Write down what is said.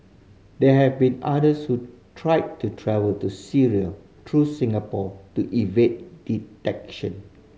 there have been others who tried to travel to Syria through Singapore to evade detection